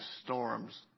storms